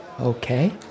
Okay